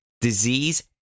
disease